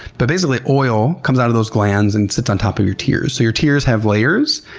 but basically, oil comes out of those glands and sits on top of your tears. your tears have layers.